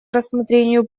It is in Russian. рассмотрению